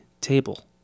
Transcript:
table